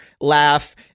laugh